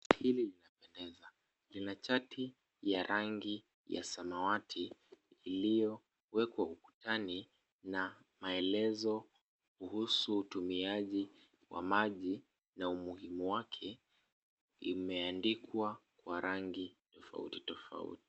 Hili linapendeza, lina chati ya rangi ya samawati iliyowekwa ukutani, na maelezo kuhusu utumiaji wa maji na umuhimu wake, imeandikwa kwa rangi tofauti tofauti.